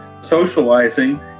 socializing